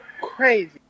crazy